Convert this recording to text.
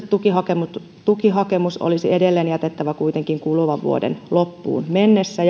tukihakemus tukihakemus olisi edelleen jätettävä kuitenkin kuluvan vuoden loppuun mennessä